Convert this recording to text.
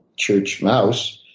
church mouse,